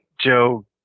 Joe